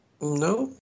No